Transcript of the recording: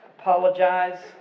apologize